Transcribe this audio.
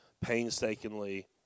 painstakingly